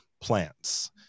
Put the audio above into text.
plants